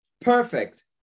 perfect